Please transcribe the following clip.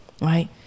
Right